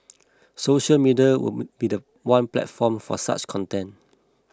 social media would be the one platform for such content